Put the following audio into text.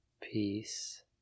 Peace